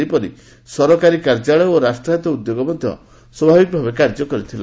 ସେହିପରି ସରକାରୀ କାର୍ଯ୍ୟାଳୟ ଏବଂ ରାଷ୍ଟ୍ରାୟତ ଉଦ୍ୟୋଗ ମଧ୍ୟ ସ୍ୱଭାବିକ ଭାବେ କାର୍ଯ୍ୟ କରିଥିଲେ